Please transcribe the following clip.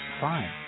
Fine